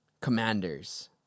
commanders